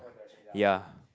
ya